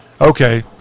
Okay